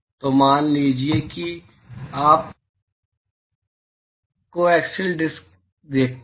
तो मान लीजिए कि आप कोएक्सिल डिस्क को देखते हैं